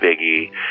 Biggie